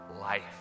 life